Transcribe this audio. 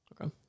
Okay